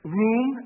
room